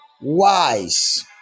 wise